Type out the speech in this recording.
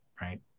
right